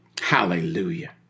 Hallelujah